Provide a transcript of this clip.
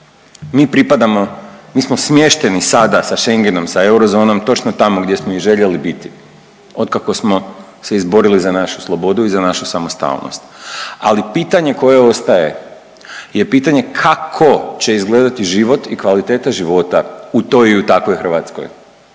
Mi pripadamo, mi smo smješteni sada sa Schengenom, sa eurozonom točno tamo gdje smo i željeli biti od kako smo se izborili za našu slobodu i za našu samostalnost. Ali pitanje koje ostaje je pitanje kako će izgledati život i kvaliteta života u toj i u takvoj Hrvatskoj.